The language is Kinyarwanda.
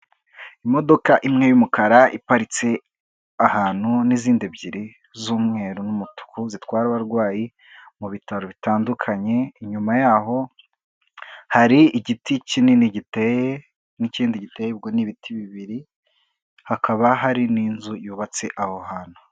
Imodoka imwe y'umukara iparitse ahantu, n'izindi ebyiri z'umweru n'umutuku, zitwara abarwayi mu bitaro bitandukanye, inyuma yaho hari igiti kinini giteye, n'ikindi giteye ubwo ni ibiti bibiri, hakaba hari n'inzu yubatse aho hantu.